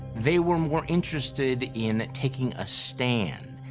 they were more interested in taking a stand,